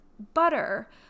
butter